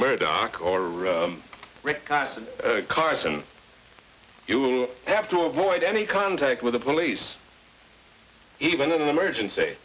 murdoch or rick carson you have to avoid any contact with the police even in an emergency